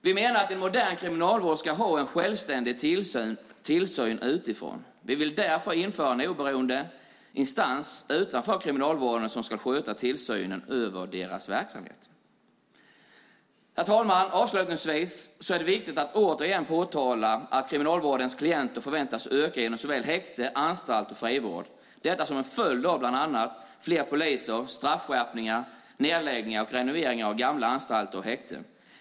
Vi menar att en modern kriminalvård ska ha en självständig tillsyn utifrån. Vi vill därför införa en oberoende instans utanför Kriminalvården som ska sköta tillsynen över deras verksamhet. Herr talman! Avslutningsvis är det viktigt att återigen påtala att antalet klienter inom kriminalvården förväntas öka inom såväl häkte, anstalt och frivård, detta som en följd av bland annat fler poliser, straffskärpningar, nedläggningar och renoveringar av gamla anstalter och häkten.